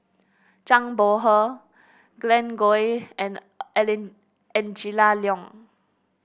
Zhang Bohe Glen Goei and Angela Liong